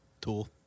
Tool